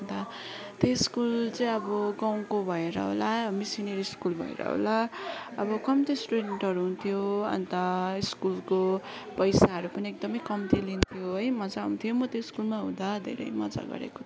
अन्त त्यो स्कुल चाहिँ अब गाउँको भएर होला मिसिनेरी स्कुल भएर होला अब कम्ती स्टुडेन्टहरू हुन्थ्यो अन्त स्कुलको पैसाहरू पनि एकदमै कम्ती लिन्थ्यो है मज्जा आउँथ्यो म त्यो स्कुलमा हुँदा धेरै मज्जा गरेको थिएँ